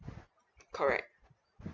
correct